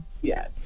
Yes